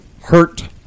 Hurt